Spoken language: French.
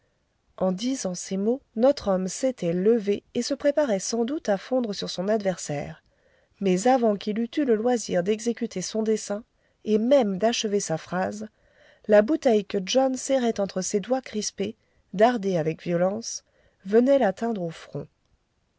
en disant ces mots notre homme s'était levé et se préparait sans doute à fondre sur son adversaire mais avant qu'il eût eu le loisir d'exécuter son dessein et même d'achever sa phrase la bouteille que john serrait entre ses doigts crispés dardée avec violence venait l'atteindre au front